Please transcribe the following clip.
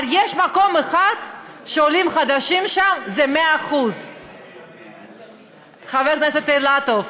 אבל יש מקום אחד שעולים חדשים שם הם 100%. חבר הכנסת אילטוב,